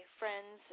friends